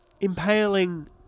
impaling